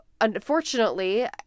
unfortunately